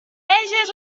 veges